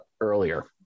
earlier